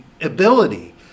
ability